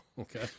Okay